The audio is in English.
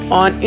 on